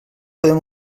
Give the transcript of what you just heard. podem